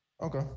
Okay